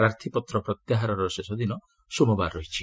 ପ୍ରାର୍ଥୀପତ୍ର ପ୍ରତ୍ୟାହାରର ଶେଷ ଦିନ ସୋମବାର ରହିଛି